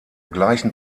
gleichen